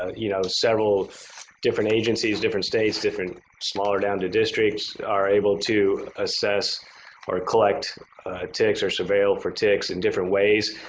ah you know, several different agencies, different states, different smaller down to districts are able to assess or collect ticks or surveil for ticks in different ways.